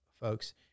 folks